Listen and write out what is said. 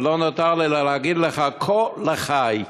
ולא נותר לי אלא להגיד לך כה לחי.